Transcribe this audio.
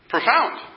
Profound